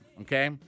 Okay